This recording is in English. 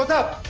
up,